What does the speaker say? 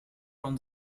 from